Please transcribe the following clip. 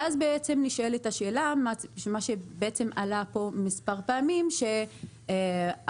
ואז בעצם נשאלת השאלה מה שבעצם עלה פה מספר פעמים הרבה